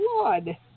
blood